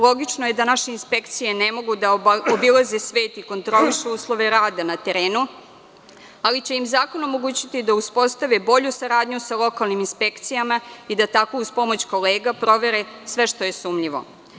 Logično je da naše inspekcije ne mogu da obilaze svet i kontrolišu uslove rada na terenu, ali će im zakon omogućiti da uspostave bolju saradnju sa lokalnim inspekcijama i da tako uz pomoć kolega provere sve što je sumnjivo.